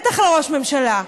בטח לראש ממשלה,